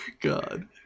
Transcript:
God